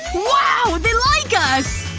wow! they like us!